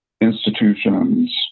institutions